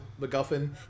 MacGuffin